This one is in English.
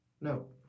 no